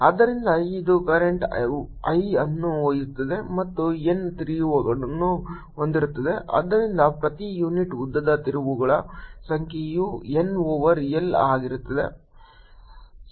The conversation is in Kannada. ಆದ್ದರಿಂದ ಇದು ಕರೆಂಟ್ I ಅನ್ನು ಒಯ್ಯುತ್ತದೆ ಮತ್ತು N ತಿರುವುಗಳನ್ನು ಹೊಂದಿರುತ್ತದೆ ಆದ್ದರಿಂದ ಪ್ರತಿ ಯೂನಿಟ್ ಉದ್ದದ ತಿರುವುಗಳ ಸಂಖ್ಯೆಯು N ಓವರ್ L ಆಗಿರುತ್ತದೆ